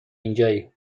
اینجایی